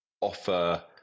offer